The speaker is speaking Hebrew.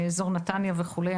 אזור נתניה וכולי,